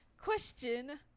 question